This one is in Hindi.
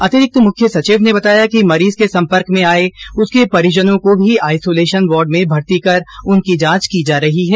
अतिरिक्त मुख्य सचिव ने बताया कि मरीज के संपर्क में आए उसके परिजनों को भी आइसोलेशन वार्ड में भर्ती कर उनकी जांच की जा रही है